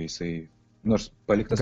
jisai nors paliktas